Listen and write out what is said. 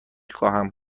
خواهم